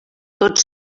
tots